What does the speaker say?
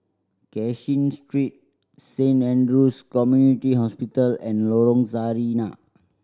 Cashin Street Saint Andrew's Community Hospital and Lorong Sarina